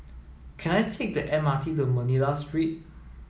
can I take the M R T to Manila Street